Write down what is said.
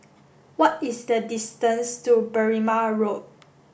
what is the distance to Berrima Road